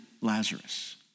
Lazarus